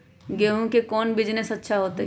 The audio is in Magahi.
गेंहू के कौन बिजनेस अच्छा होतई?